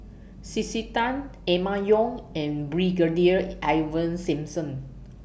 C C Tan Emma Yong and Brigadier Ivan Simson